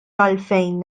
għalfejn